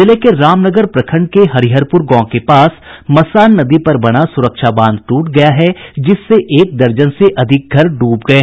जिले के रामनगर प्रखंड के हरिहरपूर गांव के पास मसान नदी पर बना सुरक्षा बांध ट्रट गया है जिससे एक दर्जन से अधिक घर डूब गये